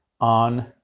on